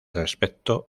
respecto